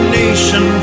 nation